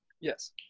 Yes